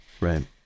Right